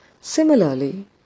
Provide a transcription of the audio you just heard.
Similarly